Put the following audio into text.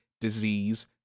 disease